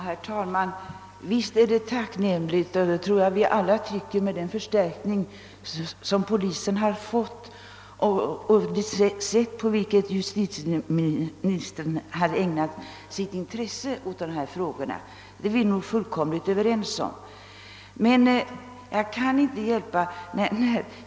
Herr talman! Visst är det tacknämligt — det tror jag att vi alla tycker — med den förstärkning som polisen har fått och det intresse som justitieministern har ägnat dessa frågor. Det är vi nog fullkomligt överens om.